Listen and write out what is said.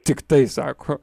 tiktai sako